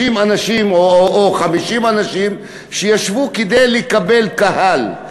30 אנשים או 50 אנשים שישבו כדי לקבל קהל,